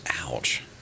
Ouch